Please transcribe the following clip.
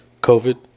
COVID